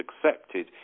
accepted